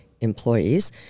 Employees